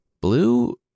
Blue